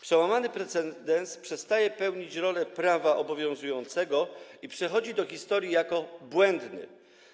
Przełamany precedens przestaje odgrywać rolę prawa obowiązującego i przechodzi do historii jako błędny.